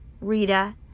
Rita